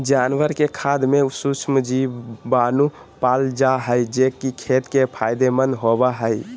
जानवर के खाद में सूक्ष्म जीवाणु पाल जा हइ, जे कि खेत ले फायदेमंद होबो हइ